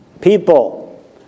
People